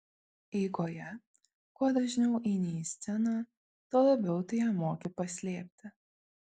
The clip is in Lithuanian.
eigoje kuo dažniau eini į sceną tuo labiau tu ją moki paslėpti